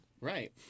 Right